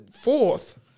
fourth